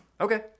Okay